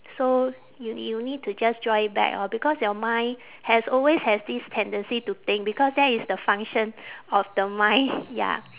so you n~ you need to just draw it back orh because your mind has always has this tendency to think because that is the function of the mind ya